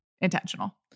intentional